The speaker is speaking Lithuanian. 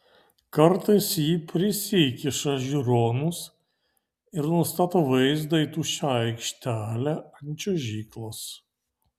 kartais ji prisikiša žiūronus ir nustato vaizdą į tuščią aikštelę ant čiuožyklos